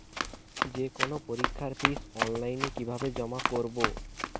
যে কোনো পরীক্ষার ফিস অনলাইনে কিভাবে জমা করব?